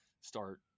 start